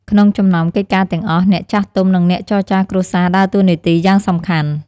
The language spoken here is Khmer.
ក្នុងចំណោមកិច្ចការទាំងអស់ អ្នកចាស់ទុំ និងអ្នកចរចារគ្រួសារ ដើរតួនាទីយ៉ាងសំខាន់។